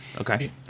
Okay